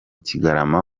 kigarama